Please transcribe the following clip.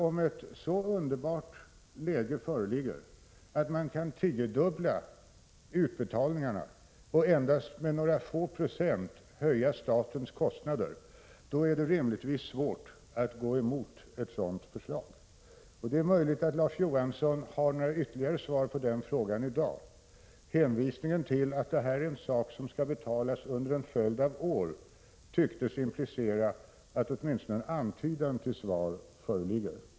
Om ett så underbart läge föreligger att man kan tiodubbla utbetalningarna och ändå höja statens kostnader med endast några få procent, är det rimligtvis svårt att gå emot ett sådant förslag. Det är möjligt att Larz Johansson har ytterligare några svar i det sammanhanget i dag. Hänvisningen till att det här är en sak som skall betalas under en följd av år tycktes implicera att åtminstone en antydan till svar föreligger.